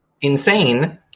insane